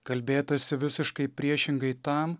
kalbėtasi visiškai priešingai tam